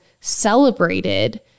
celebrated